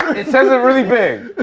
it says it really big.